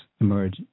emerge